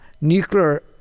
nuclear